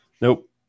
Nope